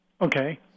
Okay